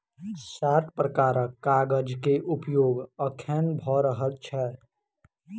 सात प्रकारक कागज के उपयोग अखैन भ रहल छै